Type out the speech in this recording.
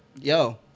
Yo